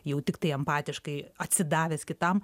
jau tiktai empatiškai atsidavęs kitam